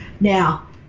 now